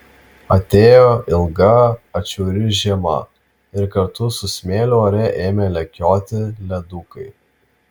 atėjo ilga atšiauri žiema ir kartu su smėliu ore ėmė lekioti ledukai